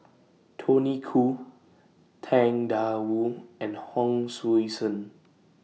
Tony Khoo Tang DA Wu and Hon Sui Sen